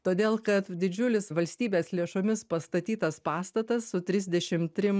todėl kad didžiulis valstybės lėšomis pastatytas pastatas su trisdešimt trim